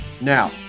Now